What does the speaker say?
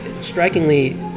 strikingly